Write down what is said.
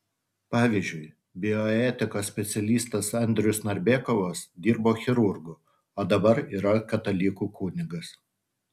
pavyzdžiui bioetikos specialistas andrius narbekovas dirbo chirurgu o dabar yra katalikų kunigas